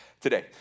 today